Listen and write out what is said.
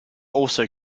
also